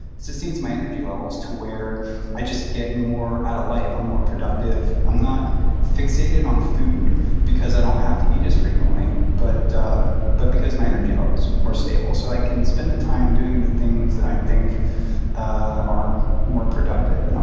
sustains my energy levels to where i just get more out of life. i'm more productive. i'm not fixated on food because i don't have to eat as frequently but but because my energy levels are stable. so i can spend the time doing the things that i think are more productive. and